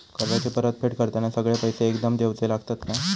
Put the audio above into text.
कर्जाची परत फेड करताना सगळे पैसे एकदम देवचे लागतत काय?